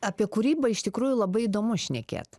apie kūrybą iš tikrųjų labai įdomu šnekėt